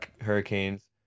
Hurricanes